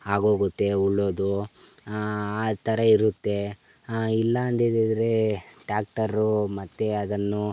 ಆಗೋಗುತ್ತೆ ಉಳೋದು ಆ ಥರ ಇರುತ್ತೆ ಇಲ್ಲ ಅಂದಿದಿದ್ರೆ ಟ್ಯಾಕ್ಟರು ಮತ್ತು ಅದನ್ನು